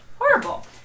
horrible